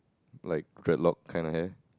like dreadlock kinda hair